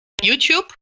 YouTube